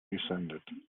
descended